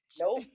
nope